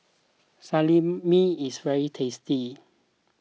Salami is very tasty